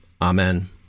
Amen